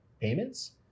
payments